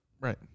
right